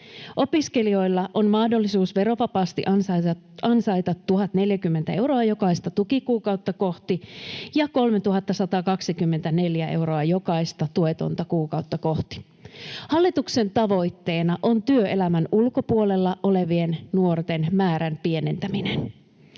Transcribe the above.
Opiskelijoilla on mahdollisuus verovapaasti ansaita 1 040 euroa jokaista tukikuukautta kohti ja 3 124 euroa jokaista tuetonta kuukautta kohti. Hallituksen tavoitteena on työelämän ulkopuolella olevien nuorten määrän pienentäminen.